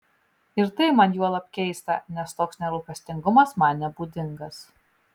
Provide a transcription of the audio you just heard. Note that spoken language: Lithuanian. ir tai man juolab keista nes toks nerūpestingumas man nebūdingas